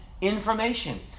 information